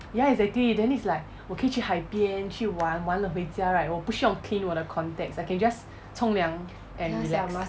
ya exactly then it's like 我可以去海边去玩玩了回家 right 我不需要 clean 我的 contacts I can just 冲凉 and relax